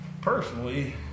Personally